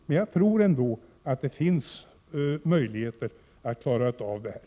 Men jag tror att det finns möjligheter att klara av detta.